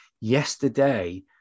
yesterday